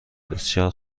بسیار